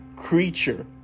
creature